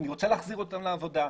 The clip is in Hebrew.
אני רוצה להחזיר אותם לעבודה,